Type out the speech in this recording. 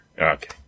Okay